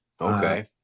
Okay